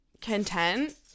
content